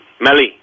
Melly